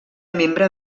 membre